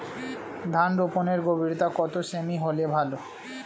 ধান রোপনের গভীরতা কত সেমি হলে ভালো?